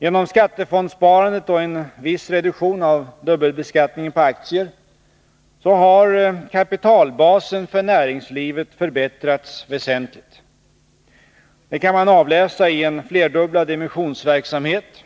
Genom skattefondsparandet och en viss reduktion av dubbelbeskattningen på aktier har kapitalbasen för näringslivet förbättrats väsentligt. Det kan man avläsa i en flerdubblad emissionsverksamhet